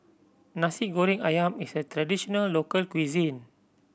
Nasi Goreng Ayam is a traditional local cuisine